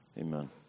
Amen